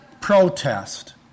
protest